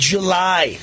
July